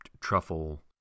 truffle